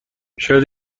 شاید